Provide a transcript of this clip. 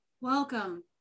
Welcome